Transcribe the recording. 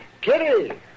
Kitty